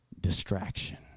distraction